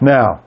Now